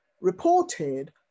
reported